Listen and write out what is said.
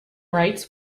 rights